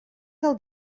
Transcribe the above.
del